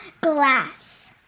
glass